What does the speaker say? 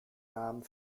namen